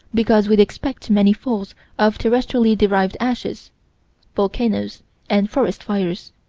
because we'd expect many falls of terrestrially derived ashes volcanoes and forest fires.